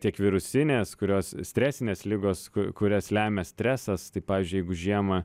tiek virusinės kurios stresinės ligos kurias lemia stresas tai pavyzdžiui jeigu žiemą